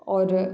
और